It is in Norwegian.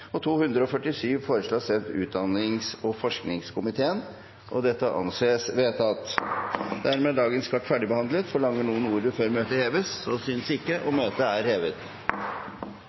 og Rødt har varslet at de vil stemme imot. Dermed er dagens kart ferdigbehandlet. Forlanger noen ordet før møtet heves? – Så synes ikke, og møtet er hevet.